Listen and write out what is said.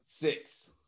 Six